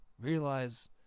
realize